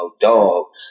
dogs